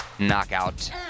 knockout